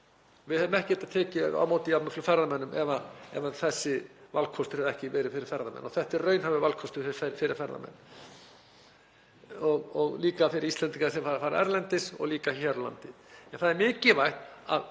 Við hefðum ekki getað tekið á móti jafn mörgum ferðamönnum ef þessi valkostur hefði ekki verið fyrir ferðamenn. Þetta er raunhæfur valkostur fyrir ferðamenn og líka fyrir Íslendinga sem fara til útlanda og eins hér á landi.